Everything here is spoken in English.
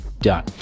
Done